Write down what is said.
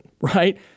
right